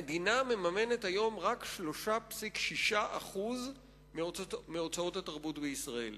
המדינה מממנת היום רק 3.6% מהוצאות התרבות בישראל.